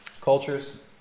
cultures